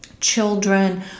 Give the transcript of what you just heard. children